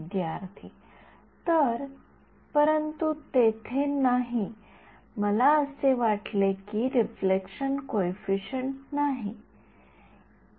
विद्यार्थी तर परंतु तेथे नाही मला असे वाटते की रिफ्लेक्शन कॉइफिसिएंट नाही